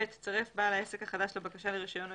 (ב)צירף בעל העסק החדש לבקשה לרישיון או